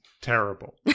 terrible